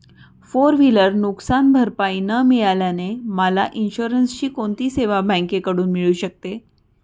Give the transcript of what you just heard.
Four wheeler नुकसानभरपाई न मिळाल्याने मला इन्शुरन्सची कोणती सेवा बँकेकडून मिळू शकते?